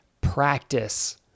practice